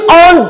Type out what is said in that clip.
on